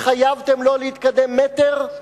התחייבתם לא להתקדם מטר,